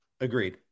Agreed